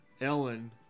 Ellen